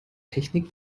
technik